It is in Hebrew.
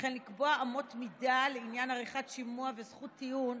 וכן לקבוע אמות מידה לעניין עריכת שימוע וזכות טיעון,